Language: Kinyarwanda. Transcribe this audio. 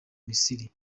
misiri